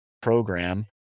program